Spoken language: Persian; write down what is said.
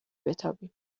بتابیم